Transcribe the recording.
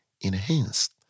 enhanced